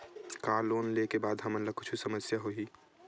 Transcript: का लोन ले के बाद हमन ला कुछु समस्या होही?